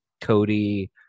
Cody